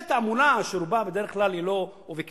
תהיה תעמולה אשר ברובה בדרך כלל היא לא אובייקטיבית,